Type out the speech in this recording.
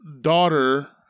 daughter